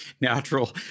natural